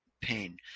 pain